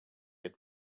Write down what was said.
had